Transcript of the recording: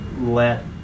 let